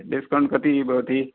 discount कति भवति